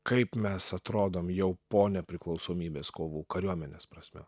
kaip mes atrodom jau po nepriklausomybės kovų kariuomenės prasme